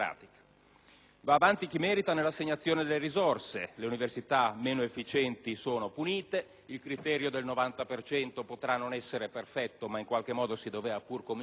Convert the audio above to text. Va avanti chi merita nell'assegnazione delle risorse: le università meno efficienti sono punite (il criterio del 90 per cento potrà non essere perfetto, ma in qualche modo si doveva pur cominciare!);